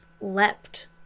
leapt